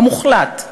המוחלט,